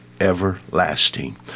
everlasting